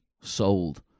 sold